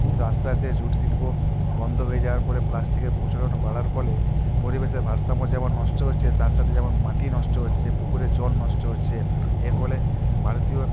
কিন্তু আস্তে আস্তে জুট শিল্প বন্ধ হয়ে যাওয়ার পরে প্লাস্টিকের প্রচলন বাড়ার ফলে পরিবেশের ভারসাম্য যেমন নষ্ট হচ্ছে তার সাথে যেমন মাটি নষ্ট হচ্ছে পুকুরের জল নষ্ট হচ্ছে এর ফলে ভারতীয়